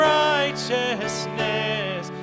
righteousness